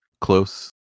close